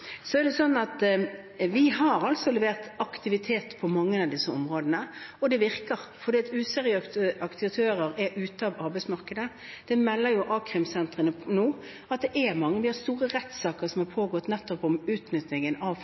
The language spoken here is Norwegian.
Vi har altså levert aktivitet på mange av disse områdene, og det virker, for useriøse aktører er ute av arbeidsmarkedet. A-krimsentrene melder nå at det er mange store rettssaker som har pågått nettopp om utnytting av